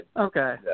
Okay